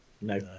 No